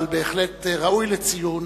אבל בהחלט ראוי לציון,